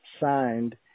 signed